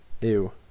Ew